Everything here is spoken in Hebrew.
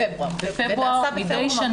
בפברואר מדי שנה.